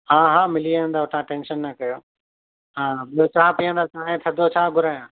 हा हा मिली वेंदव तव्हां टेंशन न कयो हा ॿियो छा पियंदव चांहि थधो छा घुरायां